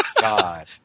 God